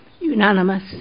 Unanimous